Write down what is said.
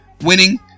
winning